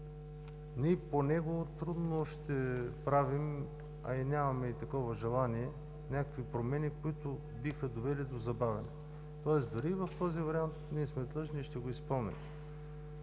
Ние по него трудно ще правим, а и нямаме такова желание, някакви промени, които биха довели до забавян. Дори в този вариант ние сме длъжни и ще го изпълним.